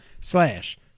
slash